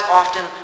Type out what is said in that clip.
often